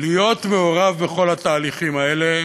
להיות מעורב בכל התהליכים האלה